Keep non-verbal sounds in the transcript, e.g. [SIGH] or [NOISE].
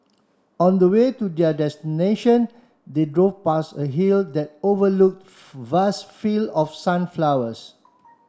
on the way to their destination they drove past a hill that overlook [UNINTELLIGIBLE] vast field of sunflowers